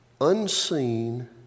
unseen